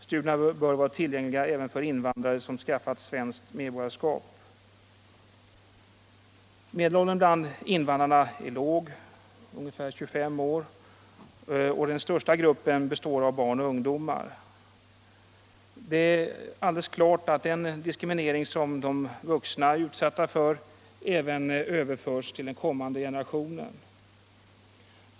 Studierna bör vara tillgängliga även för invandrare som skaffat svenskt medborgarskap. Medelåldern bland invandrarna är låg, 24-25 år, och den största gruppen består av barn och ungdomar. Det är alideles klart att den diskriminering som de vuxna är utsatta för även överförs till den kommande generationen. Bl.